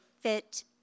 fit